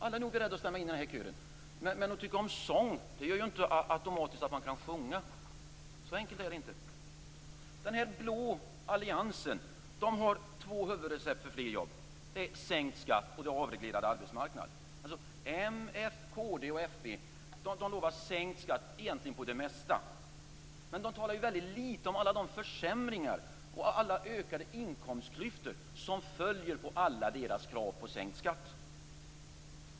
Alla är beredda att stämma in i den kören. Men att tycka om sång är inte att man automatiskt kan sjunga. Så enkelt är det inte. Den blå alliansen har två huvudrecept för fler jobb, sänkt skatt och avreglerad arbetsmarknad. M, kd och fp lovar sänkt skatt egentligen på det mesta, men de talar väldigt lite om alla de försämringar och alla ökade inkomstklyftor som följer av alla deras krav på sänkt skatt.